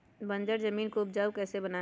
बंजर जमीन को उपजाऊ कैसे बनाय?